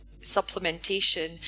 supplementation